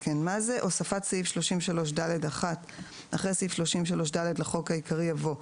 הוספת סעיף 33ד1 אחרי סעיף 33 ד לחוק העיקרי יבוא: